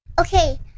Okay